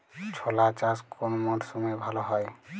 ছোলা চাষ কোন মরশুমে ভালো হয়?